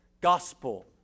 gospel